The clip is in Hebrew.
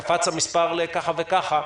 קפץ המספר לכך וכך,